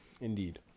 indeed